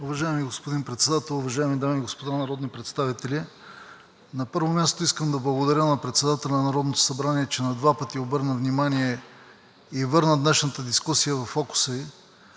Уважаеми господин Председател, уважаеми дами и господа народни представители! На първо място, искам да благодаря на председателя на Народното събрание, че на два пъти обърна внимание и върна днешната дискусия във фокуса